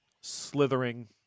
Slithering